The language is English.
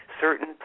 certain